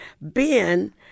Ben